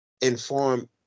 inform